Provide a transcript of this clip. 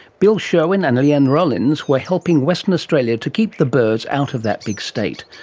bill sherwin and lee ann rollins were helping western australia to keep the birds out of that big state.